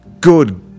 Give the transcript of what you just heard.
good